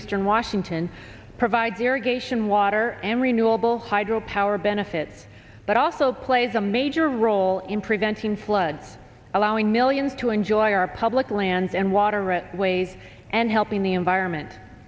eastern washington provides irrigation water and renewable hydro power benefit but also plays a major role in preventing floods allowing millions to enjoy our public lands and water right ways and helping the environment